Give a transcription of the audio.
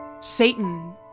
Satan